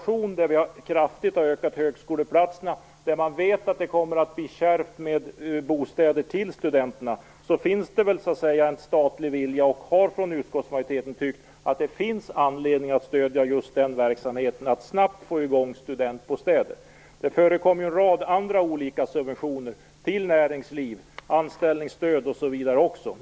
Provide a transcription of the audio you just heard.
Vi har kraftigt ökat antalet högskoleplatser, och man vet att det kommer att bli kärvt med bostäder till studenterna. Därför finns det en statlig vilja att stödja just den verksamhet för att snabbt få fler studentbostäder. Även utskottsmajoriteten har tyckt att det finns anledning till det. Det förekommer ju en rad andra subventioner till näringsliv, anställningsstöd osv.